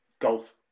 Golf